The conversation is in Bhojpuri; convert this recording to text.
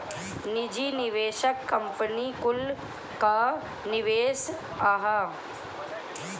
निजी निवेशक कंपनी कुल कअ निवेश हअ